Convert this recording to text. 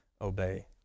obey